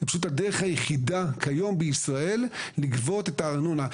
זו פשוט הדרך היחידה כיום בישראל לגבות את הארנונה.